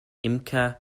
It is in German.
imker